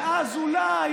ואז אולי,